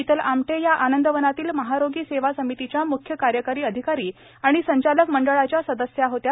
शीतल आमटे या आनंदवनातील महारोगी सेवा समितीच्या म्ख्य कार्यकारी अधिकारी आणि संचालक मंडळाच्या सदस्य होत्या